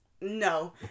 No